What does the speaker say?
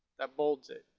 that bolds it.